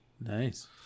Nice